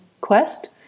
quest